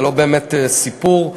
זה לא באמת סיפור.